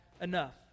enough